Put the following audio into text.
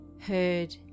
heard